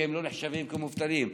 שהם לא נחשבים למובטלים.